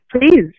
please